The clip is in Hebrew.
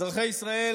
אזרחי ישראל,